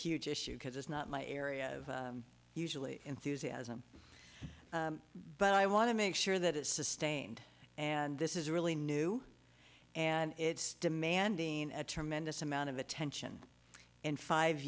huge issue because it's not my area of usually enthusiasm but i want to make sure that it's sustained and this is really new and it's demanding a tremendous amount of attention in five